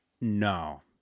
No